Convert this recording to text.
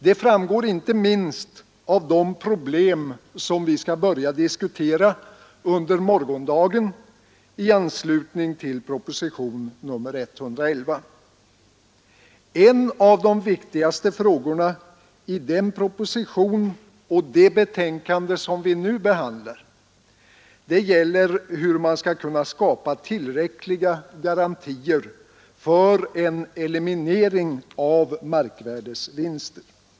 Det framgår inte minst av de problem som vi skall börja diskutera under morgondagen i anslutning till propositionen 111. En av de viktigaste frågorna i den proposition och det betänkande som vi nu behandlar gäller hur man skall kunna skapa tillräckliga garantier för en eliminering av markvärdevinster.